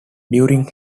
during